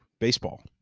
baseball